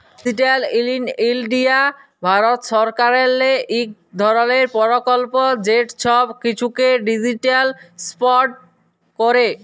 digital India Bharat সরকারেরলে ইক ধরলের পরকল্প যেট ছব কিছুকে ডিজিটালাইস্ড ক্যরে